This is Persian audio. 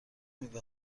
میوه